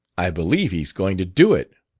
i believe he's going to do it,